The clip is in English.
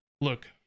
look